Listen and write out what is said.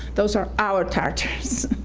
those are our tartars.